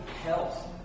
health